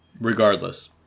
regardless